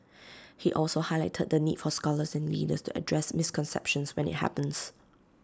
he also highlighted the need for scholars and leaders to address misconceptions when IT happens